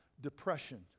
depression